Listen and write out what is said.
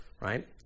right